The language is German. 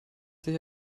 sich